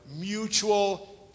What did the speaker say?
Mutual